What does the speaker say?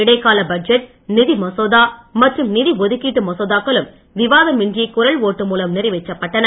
இடைக்கால பட்ஜெட் நிதி மசோதா மற்றும் நிதி ஒதுக்கீட்டு மசோதாக்களும் விவாதமின்றி குரல் ஓட்டு மூலம் நிறைவேற்றப்பட்டன